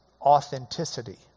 Authenticity